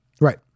Right